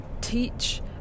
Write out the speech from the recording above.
teach